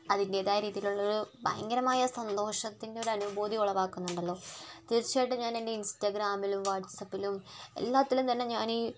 അതിൻറ്റെതായ രീതിയിൽ ഉള്ള ഒരു ഭയങ്കരമായ സന്തോഷത്തിൻ്റെ ഒരു അനുഭൂതി ഉളവാകുന്നുണ്ടല്ലോ തീർച്ചയായിട്ടും ഞാൻ എൻ്റെ ഇൻസ്റ്റഗ്രാമിലും വാട്ട്സ്ആപ്പിലും എല്ലാത്തിലും തന്നെ ഞാൻ ഈ